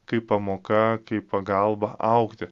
kaip pamoka kaip pagalba augti